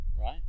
right